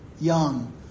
young